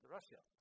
Russia